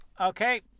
Okay